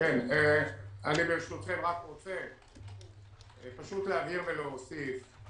אני רוצה להבהיר ולהוסיף.